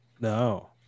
no